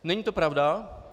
Není to pravda.